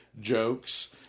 jokes